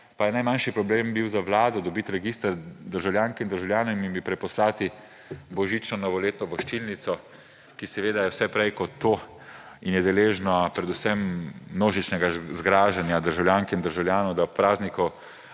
pa je bil najmanjši problem za vlado dobiti register državljank in državljanov in jim preposlati božično-novoletno voščilnico, ki seveda je vse prej kot to; in je deležna predvsem množičnega zgražanja državljank in državljanov, da ob tako